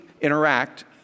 interact